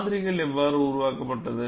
மாதிரி எவ்வாறு உருவாக்கப்பட்டது